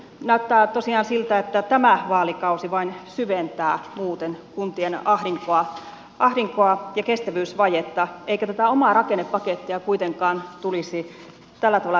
näyttää tosiaan siltä että tämä vaalikausi vain syventää muuten kuntien ahdinkoa ja kestävyysvajetta eikä tätä omaa rakennepakettia kuitenkaan tulisi tällä tavalla vesittää